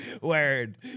Word